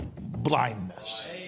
blindness